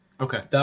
Okay